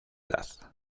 edad